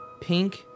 Pink